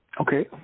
Okay